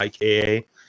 IKA